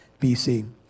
bc